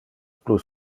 plus